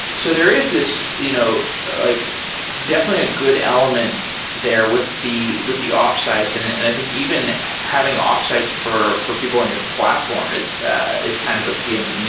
so there is you know like definitely a good element there with the with the offsites, and and i think even having offsites for for people in your platform is is kind of appealing.